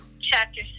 chapter